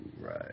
right